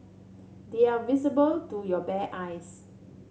they are visible to your bare eyes